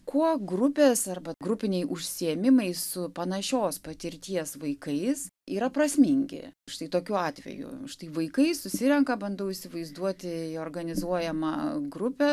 kuo grupės arba grupiniai užsiėmimai su panašios patirties vaikais yra prasmingi štai tokiu atveju štai vaikai susirenka bandau įsivaizduoti į organizuojamą grupę